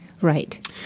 Right